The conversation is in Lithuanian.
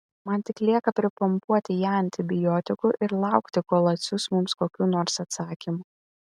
man tik lieka pripumpuoti ją antibiotikų ir laukti kol atsiųs mums kokių nors atsakymų